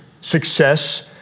success